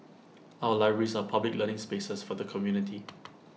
our libraries are public learning spaces for the community